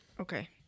Okay